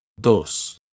Dos